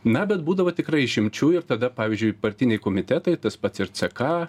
na bet būdavo tikrai išimčių ir tada pavyzdžiui partiniai komitetai tas pats ir ck